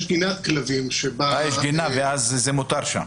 שם זה מותר?